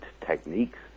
techniques